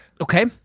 Okay